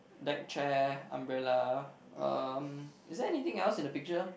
deck chair umbrella um is there anything else in the picture